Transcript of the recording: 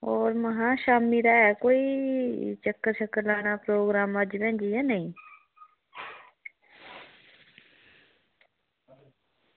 होर में हां शामीं दा ऐ कोई चक्कर लाना प्रोग्राम अज्ज भैन जी ऐ जां नेईं